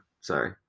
sorry